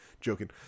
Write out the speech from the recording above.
joking